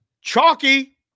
Chalky